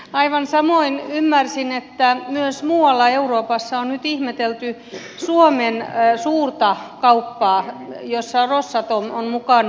aivan samoin ymmärsin että myös muualla euroopassa on nyt ihmetelty suomen suurta kauppaa jossa rosatom on mukana